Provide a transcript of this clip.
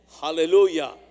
Hallelujah